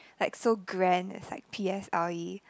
like so grand as like p_s_l_e